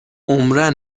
عمرا